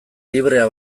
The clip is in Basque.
librea